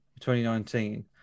2019